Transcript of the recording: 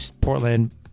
Portland